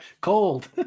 cold